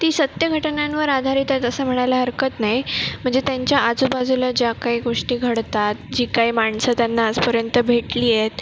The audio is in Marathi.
ती सत्य घटनांवर आधारित आहेत असं म्हणायला हरकत नाही म्हणजे त्यांच्या आजूबाजूला ज्या काही गोष्टी घडतात जी काही माणसं त्यांना आजपर्यंत भेटली आहेत